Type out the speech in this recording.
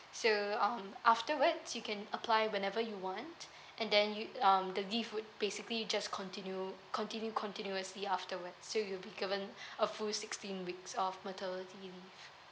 so um afterwards you can apply whenever you want and then you um the leave would basically just continue continue continuously afterwards so you'll be given a full sixteen weeks of maternity leave